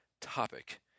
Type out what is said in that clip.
topic